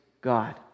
God